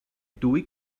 dwy